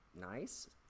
nice